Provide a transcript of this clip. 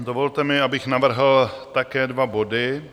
Dovolte mi, abych navrhl také dva body.